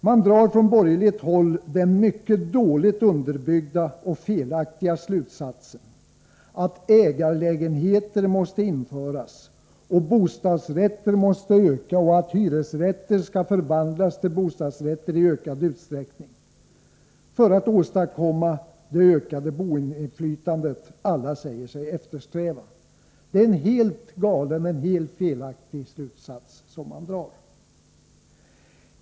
Man drar från borgerligt håll den mycket dåligt underbyggda och felaktiga slutsatsen att ägarlägenheter måste införas, att antalet bostadsrätter måste öka och att hyresrätter måste förvandlas till bostadsrätter i ökad utsträckning för att det ökade boendeinflytande som alla säger sig eftersträva skall kunna åstadkommas. Det är en helt galen, helt felaktig slutsats som man drar.